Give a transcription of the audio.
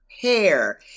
Hair